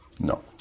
No